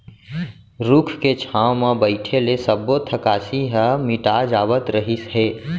रूख के छांव म बइठे ले सब्बो थकासी ह मिटा जावत रहिस हे